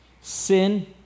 sin